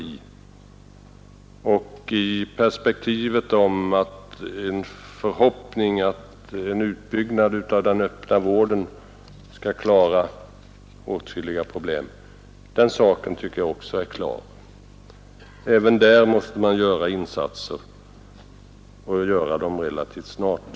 Vi måste undersöka det perspektiv som ger en förhoppning om att en utbyggnad av den öppna vården skall klara åtskilliga problem. Även där måste man göra insatser och göra dem relativt snart.